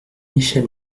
michel